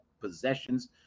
possessions